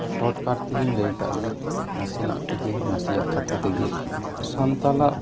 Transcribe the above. shortcut ᱛᱮᱜᱮᱧ ᱞᱟᱹᱭᱠᱟᱜ ᱜᱮ ᱱᱟᱥᱮᱭᱟᱜ ᱛᱮᱜᱮ ᱱᱟᱥᱮᱭᱟᱜ ᱠᱟᱛᱷᱟ ᱛᱮᱜᱮ ᱥᱟᱱᱛᱟᱞᱟᱜ